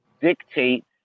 dictate